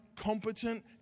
competent